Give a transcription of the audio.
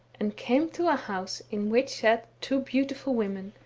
and came to a house in which sat two beautiful women,